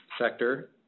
sector